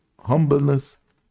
humbleness